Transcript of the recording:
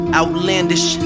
outlandish